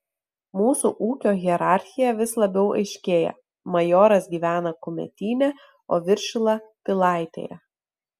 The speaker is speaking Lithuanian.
mūsų ūkio hierarchija vis labiau aiškėja majoras gyvena kumetyne o viršila pilaitėje